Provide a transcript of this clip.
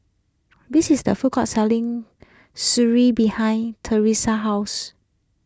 this is a food court selling Sireh behind Tresa's house